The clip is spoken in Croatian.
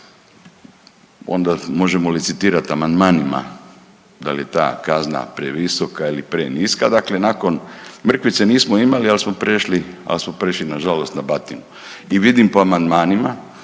onda možemo licitirat amandmanima dal je ta kazna previsoka ili preniska, dakle nakon mrkvice nismo imali, al smo prešli, al smo prešli nažalost na batinu. I vidim po amandmanima